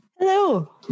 Hello